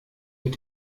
mit